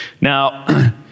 Now